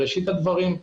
בראשית הדברים,